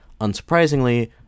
Unsurprisingly